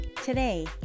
Today